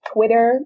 Twitter